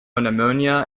pneumonia